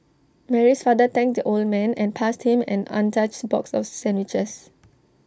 Mary's father thanked the old man and passed him an untouched box of sandwiches